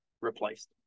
replaced